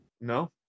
No